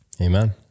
Amen